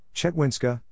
Chetwinska